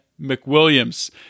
McWilliams